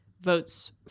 votes